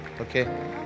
okay